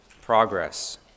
progress